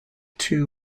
two